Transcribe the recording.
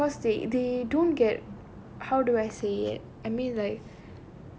I don't know because they they don't get how do I say it I mean like